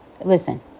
Listen